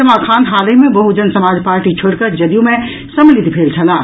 ज़मा ख़ान हालहिं मे बहुजन समाज पार्टी छोड़िकऽ जदयू मे सम्मलित भेल छलाह